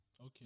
Okay